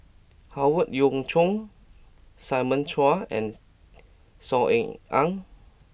Howe Yoon Chong Simon Chua and Saw Ean Ang